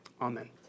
Amen